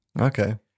Okay